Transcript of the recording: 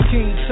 King